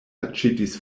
aĉetis